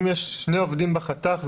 אם יש שני עובדים בחתך,